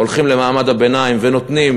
הולכים למעמד הביניים, ונותנים